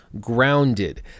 grounded